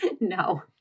No